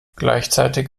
gleichzeitig